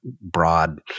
broad